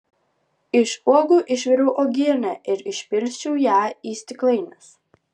iš uogų išviriau uogienę ir išpilsčiau ją į stiklainius